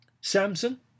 Samson